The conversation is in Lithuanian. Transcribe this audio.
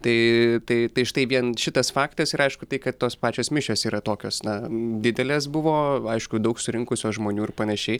tai tai tai štai vien šitas faktas ir aišku tai kad tos pačios mišios yra tokios na didelės buvo aišku daug surinkusios žmonių ir panašiai